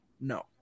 no